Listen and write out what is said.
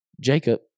Jacob